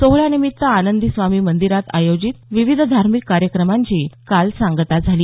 सोहळ्यानिमित्त आनंदी स्वामी मंदिरात आयोजित विविध धार्मिक कार्यक्रमांची काल सांगता झाली